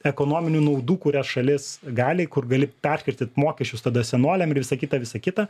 ekonominių naudų kurias šalis gali kur gali perskirstyt mokesčius tada senoliam ir visa kita visa kita